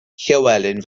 llywelyn